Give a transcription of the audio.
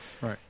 Right